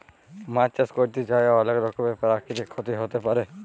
মাছ চাষ ক্যরতে যাঁয়ে অলেক রকমের পেরাকিতিক ক্ষতি পারে